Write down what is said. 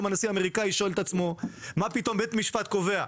הנשיא האמריקאי שואל את עצמו: מה פתאום בית המשפט קובע?